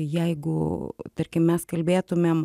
jeigu tarkim mes kalbėtumėm